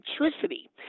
electricity